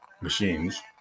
machines